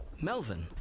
melvin